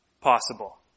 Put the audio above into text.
possible